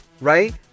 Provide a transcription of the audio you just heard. right